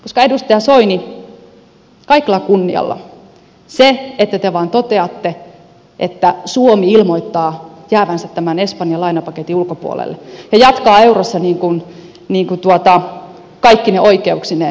koska edustaja soini kaikella kunnialla se että te vain toteatte että suomi ilmoittaa jäävänsä tämän espanjan lainapaketin ulkopuolelle ja jatkaa eurossa kaikkine oikeuksineen se ei ole mahdollista